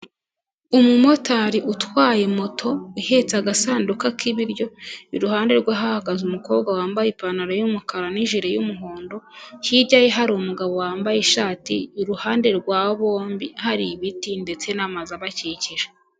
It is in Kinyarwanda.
Umumotari utwaye moto ihetse agasanduka k'ibiryo, iruhande rwe hahagaze umukobwa wambaye ipantaro y'umukara n'ijiri y'umuhondo, hirya ye hari umugabo wambaye ishati iruhande rwa bombi hari ibiti ndetse n'amazu abakikije.